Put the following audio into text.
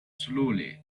slowly